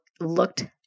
looked